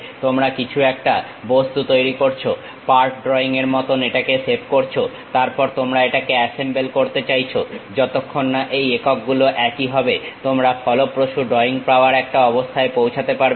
তোমরা কিছু একটা বস্তু তৈরি করেছো পার্ট ড্রইং এর মত এটাকে সেভ করেছো তারপর তোমরা এটাকে অ্যাসেম্বল করতে চাইছো যতক্ষণ না এই একক গুলো একই হবে তোমরা ফলপ্রসূ ড্রয়িং পাওয়ার একটা অবস্থায় পৌঁছাতে পারবে না